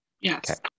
Yes